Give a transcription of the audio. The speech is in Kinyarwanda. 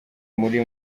muri